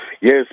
yes